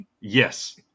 Yes